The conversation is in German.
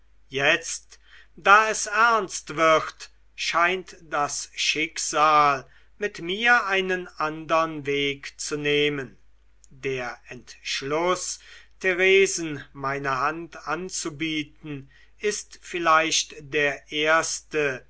jetzt da es ernst wird scheint das schicksal mit mir einen andern weg zu nehmen der entschluß theresen meine hand anzubieten ist vielleicht der erste